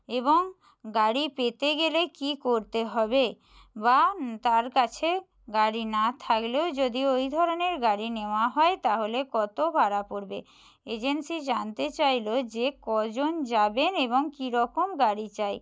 এবং গাড়ি পেতে গেলে কী করতে হবে বা তার কাছে গাড়ি না থাকলেও যদি ওই ধরনের গাড়ি নেওয়া হয় তাহলে কত ভাড়া পড়বে এজেন্সি জানতে চাইলো যে কজন যাবেন এবং কীরকম গাড়ি চাই